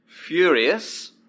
furious